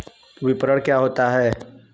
विपणन क्या होता है?